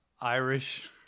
Irish